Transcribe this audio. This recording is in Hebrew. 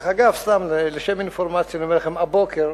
דרך אגב, סתם לשם אינפורמציה אני אומר לכם: הבוקר